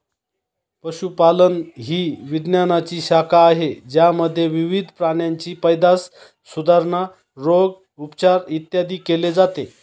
पशुपालन ही विज्ञानाची शाखा आहे ज्यामध्ये विविध प्राण्यांची पैदास, सुधारणा, रोग, उपचार, इत्यादी केले जाते